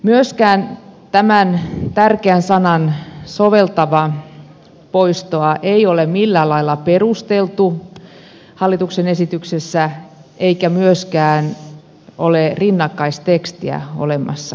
myöskään tämän tärkeän soveltava sanan poistoa ei ole millään lailla perusteltu hallituksen esityksessä eikä myöskään ole rinnakkaistekstiä olemassa hallituksen esityksessä